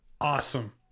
awesome